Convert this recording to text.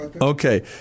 Okay